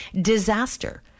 disaster